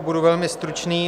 Budu velmi stručný.